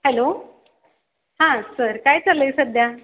hello हां sir काय चाललं आहे सध्या